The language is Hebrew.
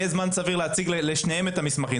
יהיה זמן סביר להציג לשניהם את המסמכים,